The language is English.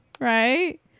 right